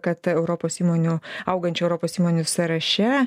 kad europos įmonių augančių europos įmonių sąraše